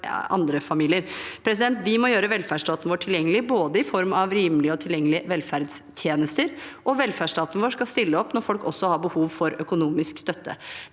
Vi må gjøre velferdsstaten vår tilgjengelig, i form av både rimelige og tilgjengelige velferdstjenester, og velferdsstaten vår skal stille opp når folk har behov for økonomisk støtte.